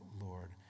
Lord